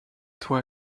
toi